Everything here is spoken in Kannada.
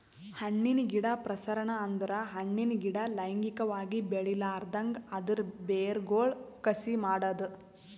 ಹಣ್ಣಿನ ಗಿಡ ಪ್ರಸರಣ ಅಂದುರ್ ಹಣ್ಣಿನ ಗಿಡ ಲೈಂಗಿಕವಾಗಿ ಬೆಳಿಲಾರ್ದಂಗ್ ಅದರ್ ಬೇರಗೊಳ್ ಕಸಿ ಮಾಡದ್